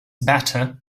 better